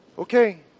Okay